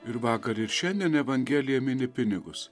ir vakar ir šiandien evangelija mini pinigus